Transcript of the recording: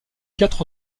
quatre